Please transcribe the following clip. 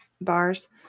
bars